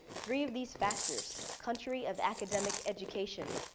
three of these factors, country of academic education,